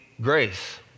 grace